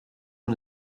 one